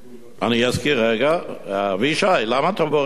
אני אזכיר, רגע, אבישי, למה אתה בורח?